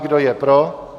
Kdo je pro?